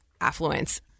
affluence